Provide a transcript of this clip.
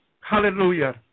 Hallelujah